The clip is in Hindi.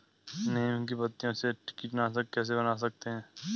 नीम की पत्तियों से कीटनाशक कैसे बना सकते हैं?